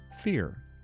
fear